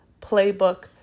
Playbook